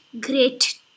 great